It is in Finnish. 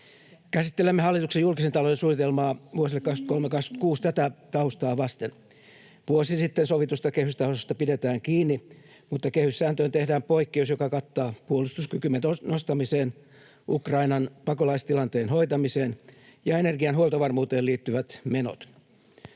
Käsittelemme hallituksen julkisen talouden suunnitelmaa vuosille 23—26 tätä taustaa vasten. Vuosi sitten sovitusta kehystasosta pidetään kiinni, mutta kehyssääntöön tehdään poikkeus, joka kattaa puolustuskykymme nostamiseen, Ukrainan pakolaistilanteen hoitamiseen ja energian huoltovarmuuteen liittyvät menot.